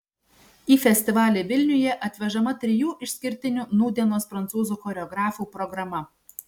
į festivalį vilniuje atvežama trijų išskirtinių nūdienos prancūzų choreografų programa